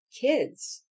kids